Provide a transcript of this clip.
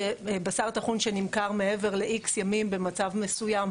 שבשר טחון שנמכר מעבר ל-X ימים במצב מסוים,